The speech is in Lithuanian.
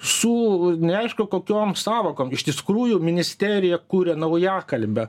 su neaišku kokiom sąvokom iš tiskrųjų ministerija kuria naujakalbę